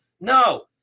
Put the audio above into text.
no